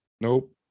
Nope